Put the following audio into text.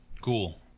Cool